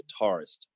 guitarist